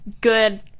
good